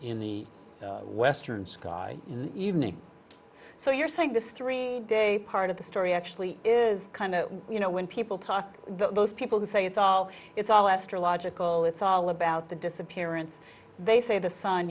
in the western sky in the evening so you're saying this three day part of the story actually is kind of you know when people talk about those people who say it's all it's all astrological it's all about the disappearance they say the sign